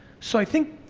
so, i think,